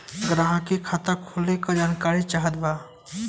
ग्राहक के खाता खोले के जानकारी चाहत बा?